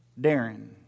Darren